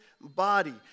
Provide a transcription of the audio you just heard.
body